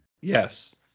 Yes